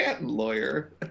lawyer